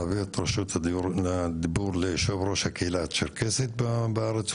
להעביר את רשות הדיבור ליושב ראש הקהילה הצ'רקסית בארץ,